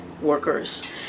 workers